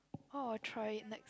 oh I'll try it next